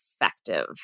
effective